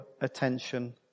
attention